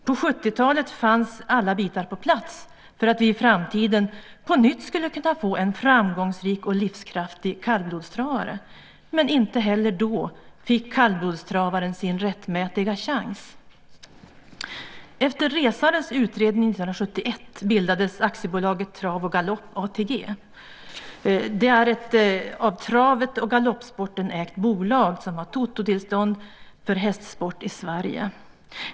På 70-talet fanns alla bitar på plats för att vi i framtiden på nytt skulle kunna få en framgångsrik och livskraftig kallblodstravare, men inte heller då fick kallblodstravaren sin rättmätiga chans. Efter Resares utredning 1971 bildades Aktiebolaget Trav & Galopp, ATG. Det är ett av travet och galoppsporten ägt bolag som har tototillstånd för hästsport i Sverige.